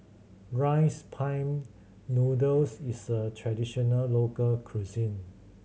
Rice Pin Noodles is a traditional local cuisine